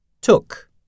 took